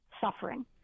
suffering